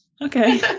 Okay